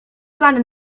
plany